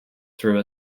through